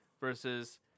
versus